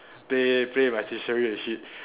play play with my stationery and shit